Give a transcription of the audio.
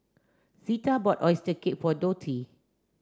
Zeta bought oyster cake for Dottie